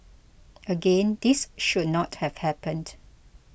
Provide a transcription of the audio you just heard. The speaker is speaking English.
again this should not have happened